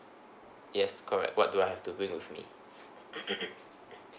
yes correct what do I have to bring with me